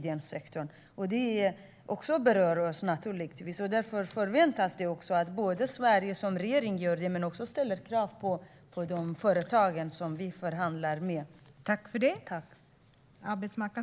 Detta berör oss naturligtvis, och därför förväntas det också att Sverige ställer krav på de företag som vi förhandlar med.